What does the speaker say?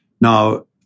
Now